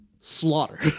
slaughter